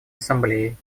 ассамблеей